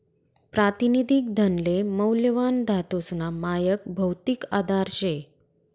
प्रातिनिधिक धनले मौल्यवान धातूसना मायक भौतिक आधार शे